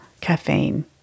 Caffeine